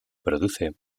produce